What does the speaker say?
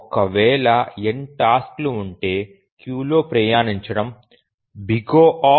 ఒక వేళ n task లు ఉంటే క్యూలో ప్రయాణించడం O